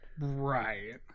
Right